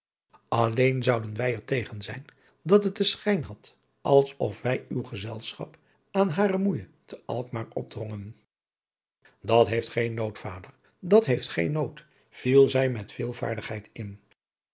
alleen zouden wij er tegen zijn dat het den schijn had als of wij uw gezelschap aan hare moeije te alkmaar opdrongen dat heeft geen nood vader dat heeft geen nood viel zij met veel vaardigheid in